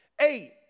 Eight